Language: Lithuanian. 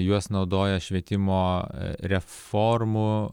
juos naudoja švietimo reformų